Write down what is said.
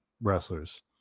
wrestlers